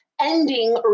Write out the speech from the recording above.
ending